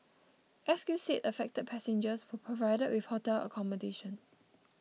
S Q said affected passengers were provided with hotel accommodation